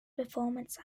performance